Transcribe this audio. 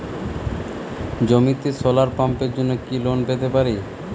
জমিতে সোলার পাম্পের জন্য কি লোন পেতে পারি?